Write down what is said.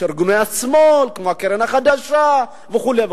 בארגוני השמאל, כמו הקרן החדשה וכו'.